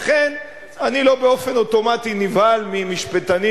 לכן אני לא באופן אוטומטי נבהל ממשפטנים